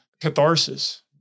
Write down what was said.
catharsis